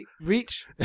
reach